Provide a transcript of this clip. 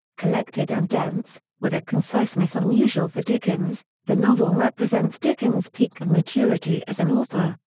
collected and dense, with a conciseness unusual for dickens, the novel represents dickens' peak and maturity as an author.